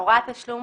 הוראת תשלום,